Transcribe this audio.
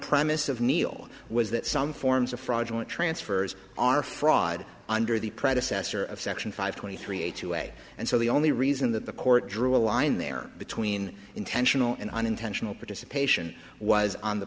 premise of neil was that some forms of fraudulent transfers are fraud under the predecessor of section five twenty three a two way and so the only reason that the court drew a line there between intentional and unintentional participation was on the